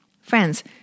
Friends